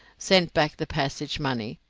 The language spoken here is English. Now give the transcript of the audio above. sent back the passage money,